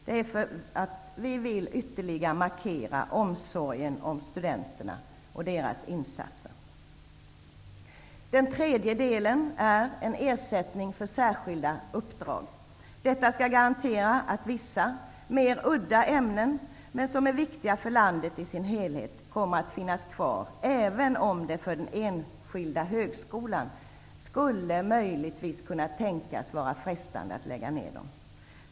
Detta görs för att vi vill ytterligare markera omsorgen om studenterna och deras insatser. Så till den tredje delen, som gäller ersättning för särskilda uppdrag. Därmed garanteras att vissa mer udda, men för landet i dess helhet viktiga, ämnen finns kvar, även om det för den enskilda högskolan möjligen skulle kunna vara frestande att lägga ner utbildningen i sådana här ämnen.